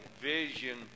vision